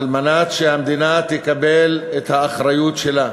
על מנת שהמדינה תקבל את האחריות שלה.